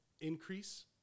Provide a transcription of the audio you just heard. increase